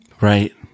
Right